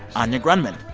anya grundmann.